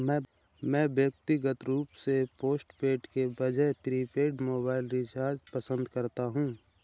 मैं व्यक्तिगत रूप से पोस्टपेड के बजाय प्रीपेड मोबाइल रिचार्ज पसंद करता हूं